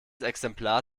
exemplar